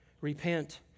Repent